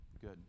good